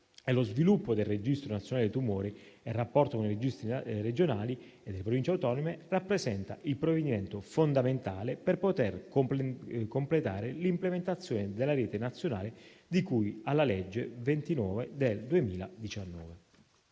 evolutivo del registro nazionale tumori e il rapporto con i registri regionali e delle Province autonome, rappresenta il provvedimento fondamentale per poter completare l'implementazione della rete nazionale di cui alla legge n. 29 del 2019.